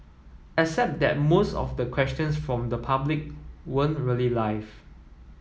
except that most of the questions from the public weren't really live